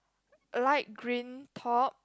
light green top